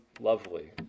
lovely